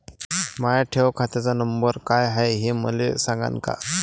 माया ठेव खात्याचा नंबर काय हाय हे मले सांगान का?